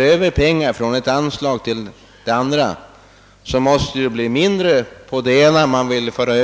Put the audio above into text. över pengar från det ena anslaget till det andra, så måste det bli mindre pengar på det anslag man för över pengarna från.